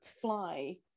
fly